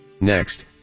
Next